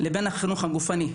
לבין החינוך הגופני,